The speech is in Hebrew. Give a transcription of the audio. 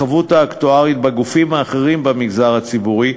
החבות האקטוארית בגופים האחרים במגזר הציבורי,